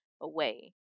away